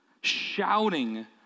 shouting